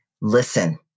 listen